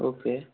okay